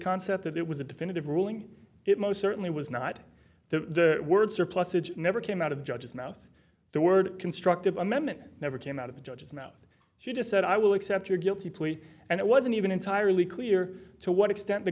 concept that it was a definitive ruling it most certainly was not the word surplusage never came out of the judge's mouth the word constructive amendment never came out of the judge's mouth she just said i will accept your guilty plea and it wasn't even entirely clear to what extent the